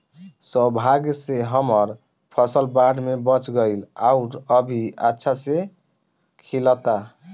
सौभाग्य से हमर फसल बाढ़ में बच गइल आउर अभी अच्छा से खिलता